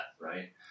right